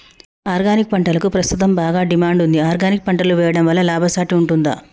Organic పంటలకు ప్రస్తుతం బాగా డిమాండ్ ఉంది ఆర్గానిక్ పంటలు వేయడం వల్ల లాభసాటి ఉంటుందా?